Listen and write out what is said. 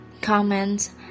comments